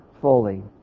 fully